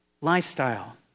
lifestyle